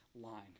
line